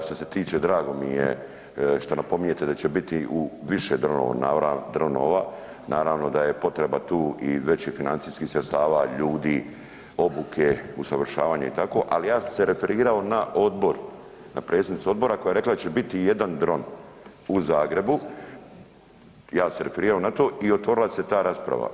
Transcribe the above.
Što se tiče, drago mi je što napominjete da će biti više dronova, naravno da je potreba tu i većih financijskih sredstava, ljudi, obuke, usavršavanje i tako, ali ja sam se referirao na odbor, na predsjednicu odbora koja će rekla da će biti jedan dron u Zagrebu, ja sam se referirao na to i otvorila se ta rasprava.